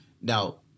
Now